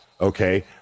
Okay